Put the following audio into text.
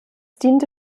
diente